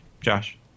Josh